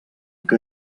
que